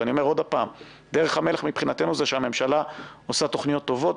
ואני אומר עוד הפעם: דרך המלך מבחינתנו זה שהממשלה עושה תוכניות טובות,